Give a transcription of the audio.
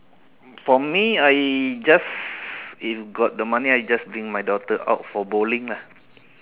for me I just if got the money I just bring my daughter out for bowling lah